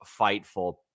fightful